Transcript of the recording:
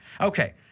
Okay